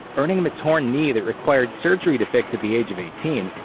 earning him a torn knee that required surgery to fix at the age of eighteen,